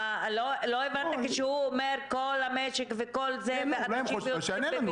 לא הבנת שהוא אומר: כל המשק ואנשים צריכים להיות בבידוד?